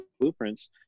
blueprints